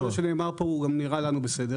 סדר גודל שנאמר פה הוא גם נראה לנו בסדר,